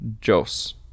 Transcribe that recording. Jos